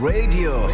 Radio